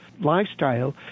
lifestyle